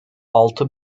altı